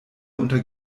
unter